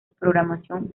programación